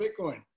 Bitcoin